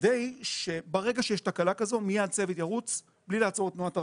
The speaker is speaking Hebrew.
כדי שברגע שיש תקלה כזו מיד צוות ירוץ בלי לעצור את תנועת הרכבות,